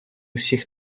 всіх